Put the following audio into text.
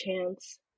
chance